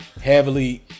heavily